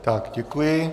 Tak děkuji.